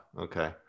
okay